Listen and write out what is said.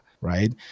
right